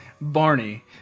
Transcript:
Barney